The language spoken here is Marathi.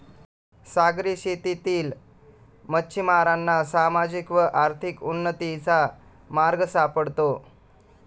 सागरी शेतीतील मच्छिमारांना सामाजिक व आर्थिक उन्नतीचा मार्ग सापडतो